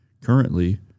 currently